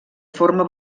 forma